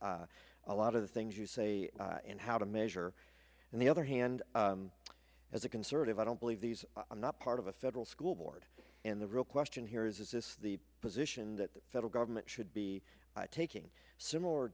choice a lot of the things you say and how to measure and the other hand as a conservative i don't believe these are not part of a federal school board and the real question here is is this the position that the federal government should be taking similar